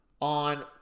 on